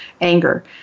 anger